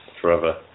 Forever